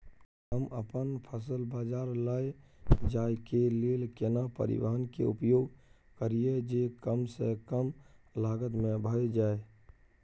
हम अपन फसल बाजार लैय जाय के लेल केना परिवहन के उपयोग करिये जे कम स कम लागत में भ जाय?